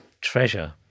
treasure